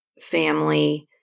family